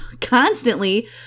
constantly